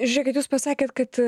žiūrėkit jūs pasakėt kad